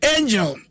Angel